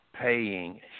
paying